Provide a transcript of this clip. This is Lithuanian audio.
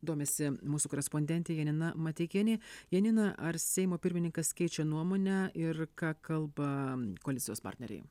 domisi mūsų korespondentė janina mateikienė janina ar seimo pirmininkas keičia nuomonę ir ką kalba koalicijos partneriai